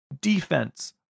defense